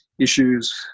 issues